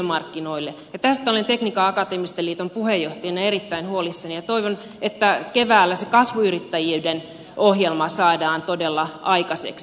tästä olen tekniikan akateemisten liiton puheenjohtajana erittäin huolissani ja toivon että keväällä se kasvuyrittäjyyden ohjelma saadaan todella aikaiseksi